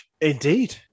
Indeed